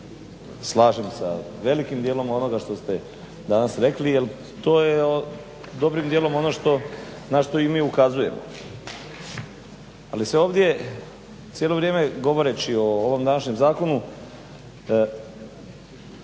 slažem sa velikim dijelom onoga što ste danas rekli, jer to je dobrim dijelom ono što, na što i mi ukazujemo. Ali se ovdje cijelo vrijeme govoreći o ovom našem zakonu